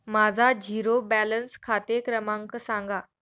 माझा zero balance खाते क्रमांक सांगा